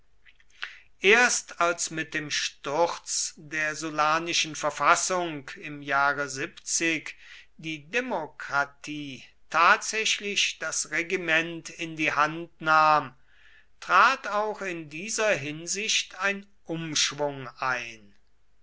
erst als mit dem sturz der sullanischen verfassung im jahre die demokratie tatsächlich das regiment in die hand nahm trat auch in dieser hinsicht ein umschwung ein